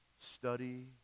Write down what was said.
study